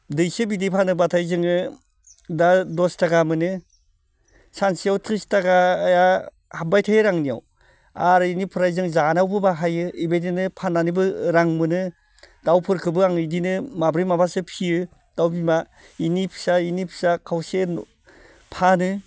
दैसे बिदै फानोब्लाथाय जोङो दा दस थाखा मोनो सानसेयाव त्रिस थाखाया हाबबाय थायो आरो आंनियाव आर इनिफ्राय जों जानायावबो बाहायो इबायदिनो फाननानैबो रां मोनो दाउफोरखोबो आं इदिनो माब्रै माबासो फियो दाउ बिमा इनि फिसा इनि फिसा खावसे फानो